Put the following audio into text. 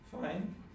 Fine